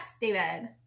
David